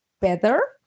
better